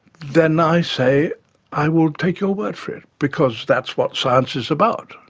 then i say i will take your word for it because that's what science is about,